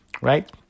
right